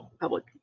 public